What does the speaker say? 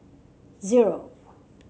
zero